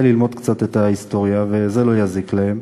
לא רלוונטיות שנבדקו כדי להראות שאין חלופה למאגר הביומטרי.